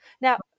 Now